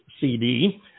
CD